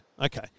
Okay